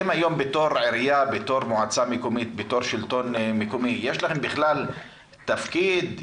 בתור שלטון מקומי, יש לכם בכלל תפקיד?